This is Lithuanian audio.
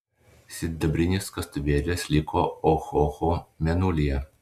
sidabrinis kastuvėlis liko ohoho mėnulyje